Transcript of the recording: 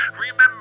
Remember